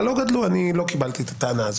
לא גדלו אני לא קיבלתי את הטענה הזו.